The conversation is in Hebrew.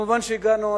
מובן שהגענו,